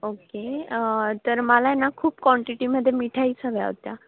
okay तर मला ना खूप क्वांटिटीमध्ये मिठाईज हव्या होत्या